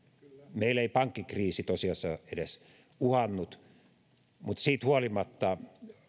meillä ei pankkikriisi tosiasiassa edes uhannut mutta siitä huolimatta